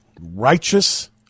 Righteous